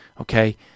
Okay